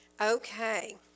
Okay